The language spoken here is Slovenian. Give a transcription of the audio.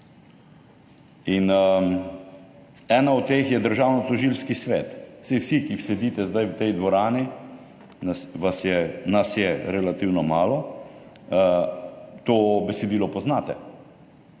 Ena od teh je Državnotožilski svet. Saj vsi, ki sedite zdaj v tej dvorani, nas je relativno malo, to besedilo poznate.